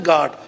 God